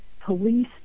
police